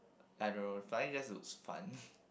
I don't know flying just to fun